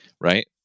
right